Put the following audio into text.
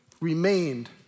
remained